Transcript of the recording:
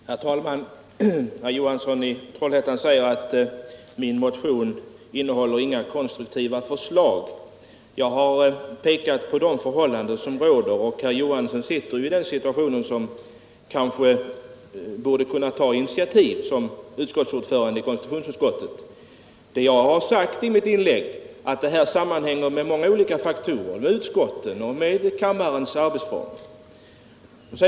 Herr talman! Herr Johansson i Trollhättan anser att min motion inte innehåller några konstruktiva förslag. Men jag har pekat på de förhållanden som råder, och herr Johansson sitter väl i den situationen att han kan ta initiativ som ordförande i konstitutionsutskottet. Jag framhöll i mitt inlägg att förhållandena här sammanhänger med många olika faktorer, utskottsarbete, kammarens arbetsformer m.m.